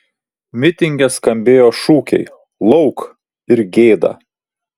mitinge skambėjo šūkiai lauk ir gėda